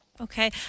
Okay